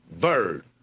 bird